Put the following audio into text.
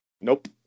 Nope